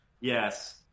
Yes